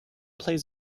plays